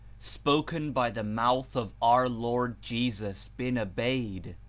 spoken by the mouth of our lord jesus, been obeyed,